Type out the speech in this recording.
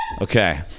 Okay